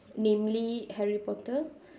namely harry-potter